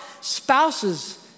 spouses